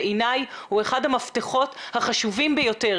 בעיניי הוא אחד המפתחות החשובים ביותר